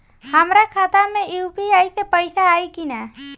हमारा खाता मे यू.पी.आई से पईसा आई कि ना?